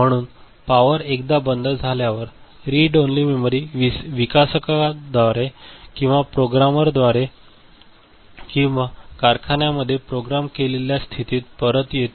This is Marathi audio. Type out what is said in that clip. म्हणून पॉवर एकदा बंद झाल्यावर रीड ओन्ली मेमरी विकासकाद्वारे किंवा प्रोग्रामरद्वारे किंवा कारखान्यामध्ये प्रोग्राम केलेल्या स्थितीत परत येते